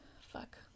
Fuck